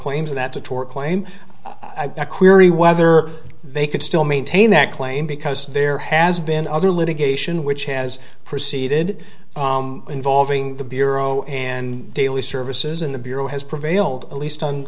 claims that's a tort claim i query whether they could still maintain that claim because there has been other litigation which has proceeded involving the bureau and daily services in the bureau has prevailed at least on